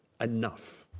enough